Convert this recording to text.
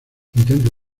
intento